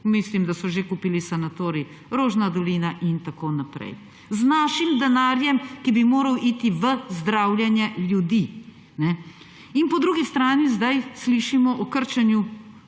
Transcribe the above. mislim, da so že kupili Kirurški sanatorij Rožna dolina in tako naprej. Z našim denarjem, ki bi moral iti v zdravljenje ljudi. In po drugi strani sedaj slišimo o krčenju